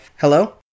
Hello